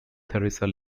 theresa